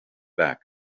back